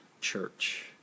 church